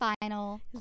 final